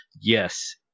Yes